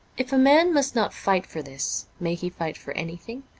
if a man must not fight for this, may he fight for anything?